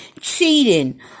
cheating